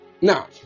now